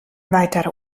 weiterer